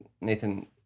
Nathan